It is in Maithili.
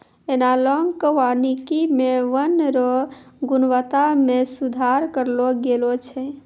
एनालाँक वानिकी मे वन रो गुणवत्ता मे सुधार करलो गेलो छै